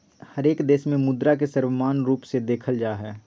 हरेक देश में मुद्रा के सर्वमान्य रूप से देखल जा हइ